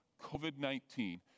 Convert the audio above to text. COVID-19